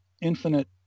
infinite